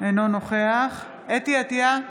אינו נוכח חוה אתי עטייה,